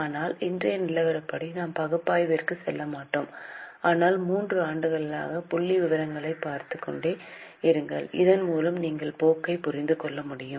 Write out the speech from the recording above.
ஆனால் இன்றைய நிலவரப்படி நாம் பகுப்பாய்விற்கு செல்லமாட்டோம் ஆனால் 3 ஆண்டுகளாக புள்ளிவிவரங்களைப் பார்த்துக் கொண்டே இருங்கள் இதன் மூலம் நீங்கள் போக்கைப் புரிந்து கொள்ள முடியும்